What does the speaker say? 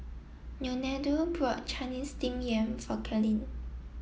Leonardo bought Chinese Steamed Yam for Kailyn